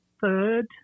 third